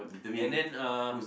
and then uh